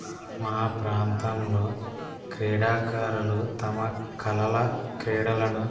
మా ప్రాంతములో క్రీడాకారులు తమ కళల క్రీడలను